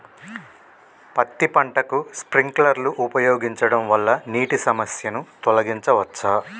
పత్తి పంటకు స్ప్రింక్లర్లు ఉపయోగించడం వల్ల నీటి సమస్యను తొలగించవచ్చా?